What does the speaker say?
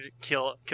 kill